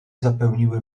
zapełniły